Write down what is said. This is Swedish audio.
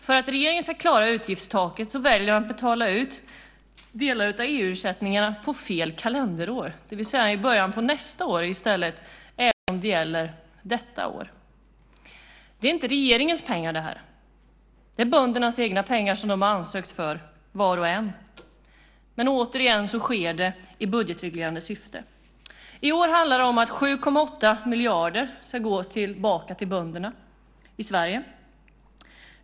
För att regeringen ska klara utgiftstaket väljer man att betala ut delar av EU-ersättningarna under fel kalenderår, det vill säga i början av nästa år även om de gäller detta år. Det här är inte regeringens pengar. Det är böndernas egna pengar, som var och en har ansökt om själv. Men återigen sker det i budgetreglerande syfte. I år handlar det om att 7,8 miljarder ska gå tillbaka till bönderna i Sverige.